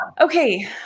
Okay